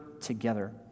together